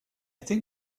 think